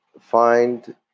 find